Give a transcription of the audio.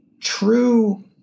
true